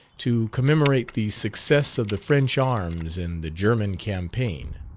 to commemorate the success of the french arms in the german campaign.